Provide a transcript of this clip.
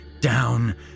down